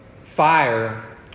fire